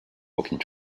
walking